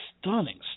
stunning